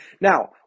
Now